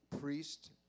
priest